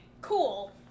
cool